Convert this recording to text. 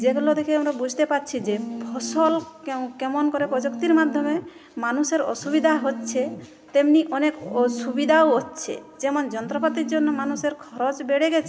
যেগুলো থেকে আমরা বুঝতে পারছি যে ফসল কেমন করে প্রযুক্তির মাধ্যমে মানুষের অসুবিধা হচ্ছে তেমনি অনেক ও সুবিধাও হচ্ছে যেমন যন্ত্রপাতির জন্য মানুষের খরচ বেড়ে গিয়েছে